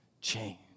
change